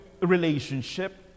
relationship